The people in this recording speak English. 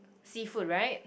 seafood right